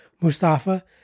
Mustafa